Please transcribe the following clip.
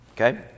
Okay